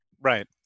Right